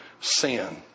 sin